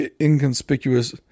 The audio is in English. inconspicuous